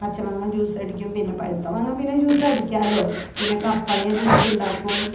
പച്ചമാങ്ങ ജ്യൂസടിക്കും പിന്നെ പഴുത്ത മാങ്ങ പിന്നെ ജ്യൂസടിക്കാമല്ലൊ പിന്നെ കപ്പങ്ങ ജ്യൂസുണ്ടാക്കും